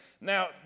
Now